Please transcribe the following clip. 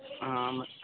हां मा